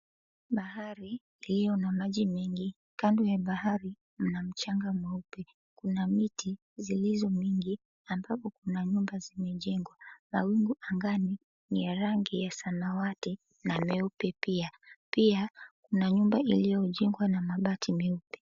Bahari iliyo na maji mengi. Kando ya bahari, mna mchanga mweupe. Kuna miti zilizo mingi, ambapo kuna nyumba zimejengwa. Mawingu angani, ni ya rangi ya samawati na meupe pia. Pia, kuna nyumba iliyojengwa na mabati meupe.